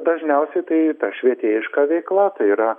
dažniausiai tai švietėjiška veikla tai yra